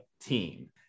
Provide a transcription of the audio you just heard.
team